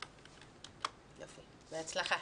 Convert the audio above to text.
יופי, בהצלחה.